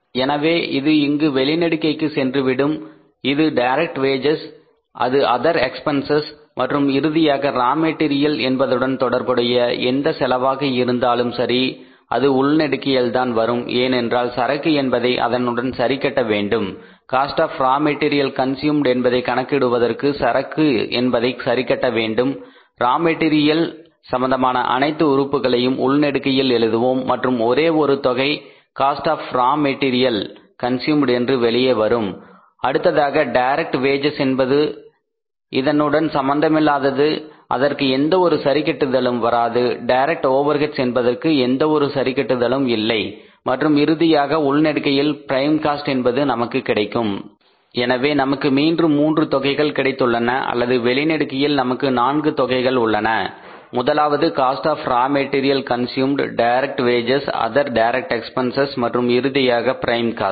எனவே இது இங்கு வெளிநெடுக்கைக்கு சென்றுவிடும் இது டைரக்ட் வேஜஸ் இது அதர் எக்பென்சஸ் மற்றும் இறுதியாக ரா மெட்டீரியல் என்பதுடன் தொடர்புடைய எந்த செலவாக இருந்தாலும் சரி அது உள்நெடுக்கையில்தான் வரும் ஏனென்றால் சரக்கு என்பதை அதனுடன் சரிகட்ட வேண்டும் cost of raw material consumed என்பதை கணக்கிடுவதற்காக சரக்கு என்பதை சரிகட்ட வேண்டும் ரா மெட்டீரியல் சம்பந்தமான அனைத்து உறுப்புகளையும் உள்நெடுக்கையில் எழுதுவோம் மற்றும் ஒரே தொகை cost of of raw material consumed என்று வெளியே வரும் அடுத்ததாக டைரக்ட் வேஜஸ் என்பது இதனுடன் சம்பந்தமில்லாதது அதற்கு எந்த ஒரு சரிகட்டுதலும் வராது டைரக்ட் ஓவர்ஹெட்ஸ் என்பதற்கு எந்தவொரு சரிகட்டுதலும் இல்லை மற்றும் இறுதியாக வெளிநெடுக்கையில் ப்ரைம் காஸ்ட் என்பது நமக்கு கிடைக்கும் எனவே நமக்கு மீண்டும் 3 தொகைகள் கிடைத்துள்ளன அல்லது வெளியிடுகையில் நமக்கு நான்கு தொகைகள் உள்ளன முதலாவது cost of raw material consumed direct wages other direct expenses மற்றும் இறுதியாக ப்ரைம் காஸ்ட்